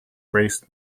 braced